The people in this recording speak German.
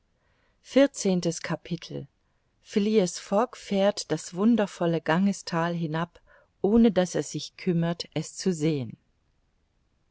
fogg fährt das wundervolle gangesthal hinab ohne daß er sich kümmert es zu sehen